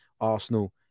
Arsenal